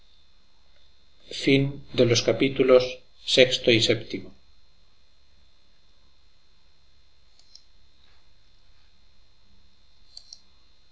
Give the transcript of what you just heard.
de los capítulos de